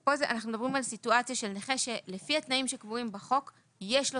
אנחנו מדברים על סיטואציה בה נכה שלפי התנאים שקבועים בחוק יש לו